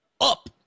up